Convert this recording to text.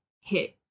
hit